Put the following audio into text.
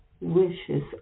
wishes